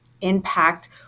impact